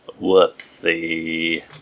Whoopsie